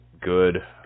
good